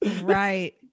Right